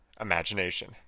imagination